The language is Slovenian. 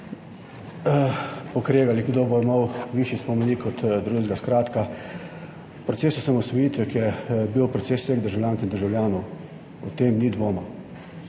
pokregali, kdo bo imel višji spomenik od drugega. Skratka, proces osamosvojitve je bil proces vseh državljank in državljanov, o tem ni dvoma,